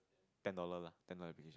ten dollar lah ten dollar application